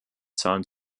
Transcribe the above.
zahlen